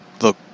look